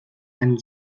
amb